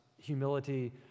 humility